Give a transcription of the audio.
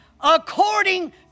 according